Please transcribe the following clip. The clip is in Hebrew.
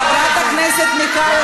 חברת הכנסת זנדברג,